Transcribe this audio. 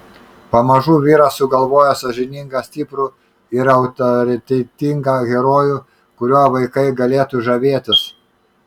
pamažu vyras sugalvojo sąžiningą stiprų ir autoritetingą herojų kuriuo vaikai galėtų žavėtis